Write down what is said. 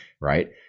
right